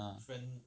ah